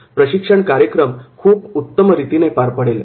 प्रशिक्षण कार्यक्रम खूप उत्तम रीतीने पार पडेल